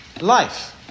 life